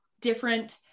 different